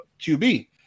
QB